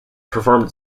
performed